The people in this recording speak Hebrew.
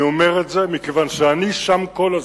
אני אומר את זה מכיוון שאני שם כל הזמן.